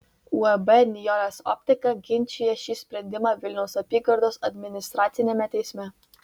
uab nijolės optika ginčija šį sprendimą vilniaus apygardos administraciniame teisme